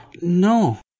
No